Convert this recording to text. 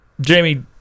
Jamie